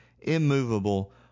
immovable